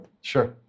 Sure